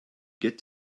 get